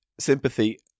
Sympathy